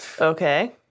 Okay